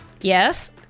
Yes